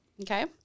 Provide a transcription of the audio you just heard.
Okay